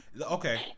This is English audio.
Okay